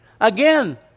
Again